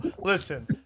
listen